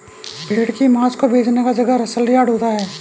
भेड़ की मांस को बेचने का जगह सलयार्ड होता है